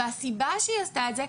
והסיבה שהיא עשתה את זה,